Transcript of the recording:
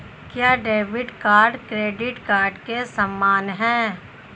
क्या debit card credit card के समान है?